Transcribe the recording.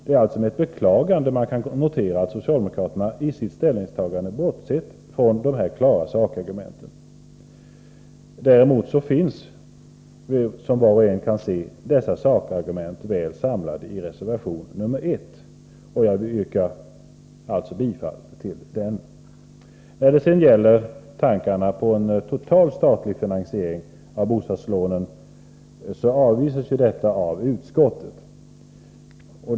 Det är med beklagande man kan notera att socialdemokraterna i sitt ställningstagande har bortsett från dessa sakargument. Däremot finns dessa sakargument väl samlade i reservation nr 1, och jag yrkar alltså bifall till denna. Tankarna på en total statlig finansiering av bostadslånen avvisas av utskottet.